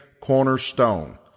cornerstone